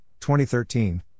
2013